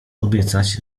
obiecać